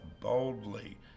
boldly